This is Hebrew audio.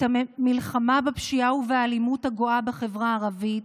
המלחמה בפשיעה ובאלימות הגואה בחברה הערבית,